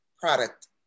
product